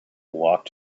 walked